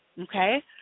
okay